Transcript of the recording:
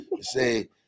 Say